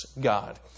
God